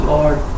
Lord